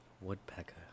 Woodpecker